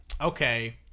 okay